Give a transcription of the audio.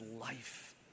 life